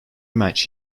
match